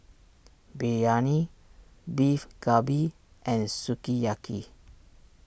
Biryani Beef Galbi and Sukiyaki